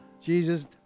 Jesus